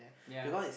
ya